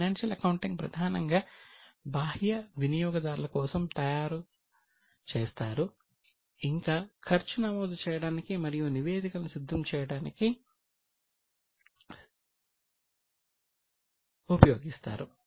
financial accounting ప్రధానంగా బాహ్య వినియోగదారుల కోసం తయారుచేస్తారు ఇంకా ఖర్చు నమోదు చేయడానికి మరియు నివేదికలను సిద్ధం చేయడానికి ఉపయోగిస్తారు